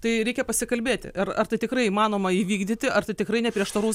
tai reikia pasikalbėti ar ar tai tikrai įmanoma įvykdyti ar tikrai neprieštaraus